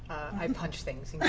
i um punch things.